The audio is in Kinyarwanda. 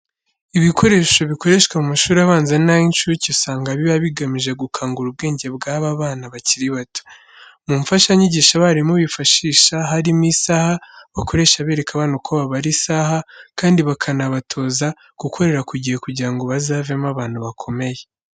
Ibikoresho bikoreshwa mu mashuri abanza n'ay'inshuke, usanga biba bigamije gukangura ubwenge bw'aba bana bakiri bato. Mu mfashanyigisho abarimu bifashisha harimo isaha bakoresha bereka abana uko babara isaha kandi bakanabatoza gukorera ku gihe kugira ngo bazavemo abantu bakomeye.